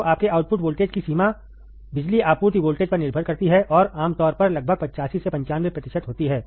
तो आपके output voltage की सीमा बिजली आपूर्ति वोल्टेज पर निर्भर करती है और आमतौर पर लगभग 85 से 95 प्रतिशत होती है